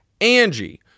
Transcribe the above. Angie